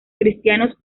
cristianos